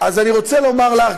אז אני רוצה לומר לך,